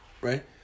right